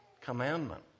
commandment